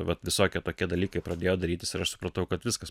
vat visokie tokie dalykai pradėjo darytis ir aš supratau kad viskas